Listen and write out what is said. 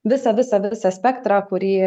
visą visą visą spektrą kurį